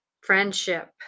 friendship